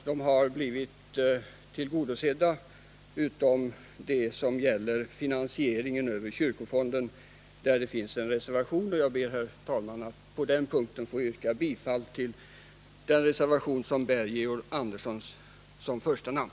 De har blivit tillgodosedda, utom när det gäller finansieringen över kyrkofonden, där det föreligger en reservation. Jag ber, herr talman, att få yrka bifall till reservationen med Georg Andersson som första namn.